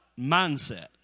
mindset